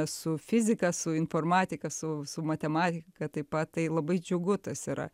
su fizika su informatika su su matemat kad taip pat tai labai džiugu tas yra